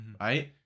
Right